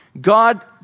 God